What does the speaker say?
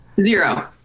Zero